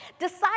Decide